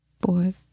Boy